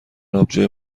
آبجو